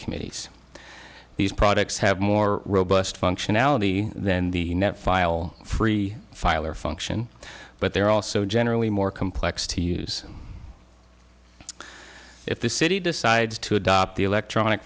committees these products have more robust functionality then the net file free file or function but they're also generally more complex to use if the city decides to adopt the electronic